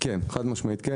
כן, חד-משמעית כן.